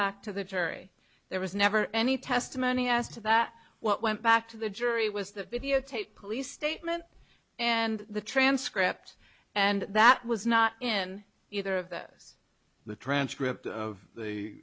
back to the jury there was never any testimony as to that what went back to the jury was the videotape police statement and the transcript and that was not in either of those the transcript of the